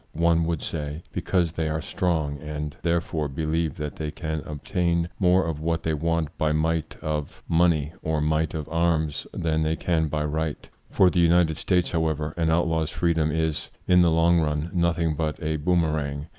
one would say, because they are strong, and therefore believe that they can obtain more of what they want by might of i money or might of arms than they can by right. for the united states, however, an outlaw's freedom is, in! the long run, nothing but a boom erang.